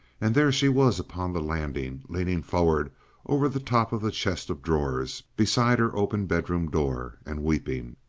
and there she was upon the landing, leaning forward over the top of the chest of drawers beside her open bedroom door, and weeping.